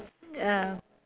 ya